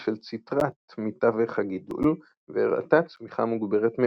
של ציטרט מתווך הגידול והראתה צמיחה מוגברת מאוד,